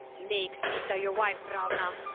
make sita your wife, ravana.